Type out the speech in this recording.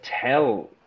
tell